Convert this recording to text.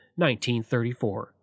1934